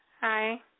Hi